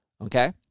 Okay